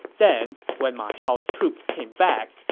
then, when ma chao's troops came back,